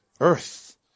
Earth